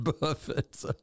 Buffett